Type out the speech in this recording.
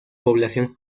población